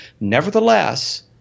Nevertheless